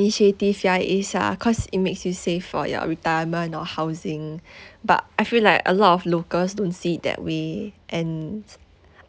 initiative ya it is ah cause it makes you save for your retirement or housing but I feel like a lot of locals don't see it that way and